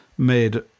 made